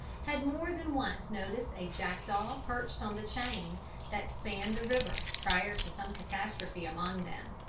had more than once noticed a jackdaw perched on the chain that spanned the river, prior to some catastrophe among them.